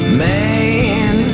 man